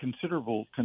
considerable